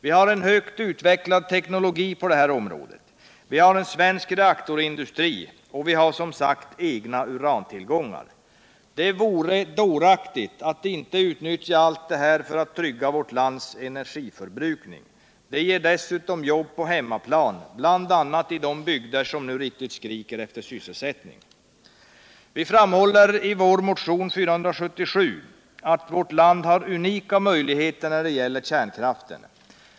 Vi har en högt utvecklad teknologi på området. vi har en svensk reaktorindustri och vi har som sagt egna urantillgångar. Det vore dåraktigt att inte utnyttja allt detta för att trygga vårt lands energiförbrukning. Ett sådant utnyttjande ger dessutom jobb på hemmaplan, bl.a. i bygder som nu riktigt skriker efter sysselsättning. I motion nr 477 framhåller vi att vårt land har unika möjligheter när det gäller kärnkraften.